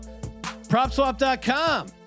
PropSwap.com